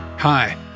Hi